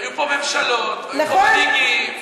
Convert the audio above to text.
והיו פה ממשלות והיו פה פקידים,